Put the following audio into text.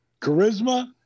charisma